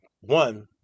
One